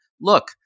look